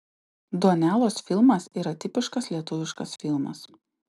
donelos filmas yra tipiškas lietuviškas filmas